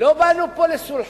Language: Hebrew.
לא באנו פה לסולחה.